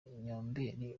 nyombeli